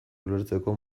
ulertzeko